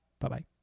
Bye-bye